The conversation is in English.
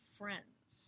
friends